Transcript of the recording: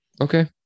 okay